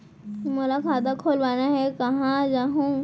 मोला खाता खोलवाना हे, कहाँ जाहूँ?